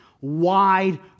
wide